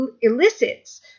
elicits